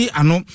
ano